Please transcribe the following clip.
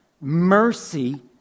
mercy